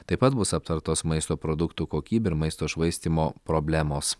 taip pat bus aptartos maisto produktų kokybė ir maisto švaistymo problemos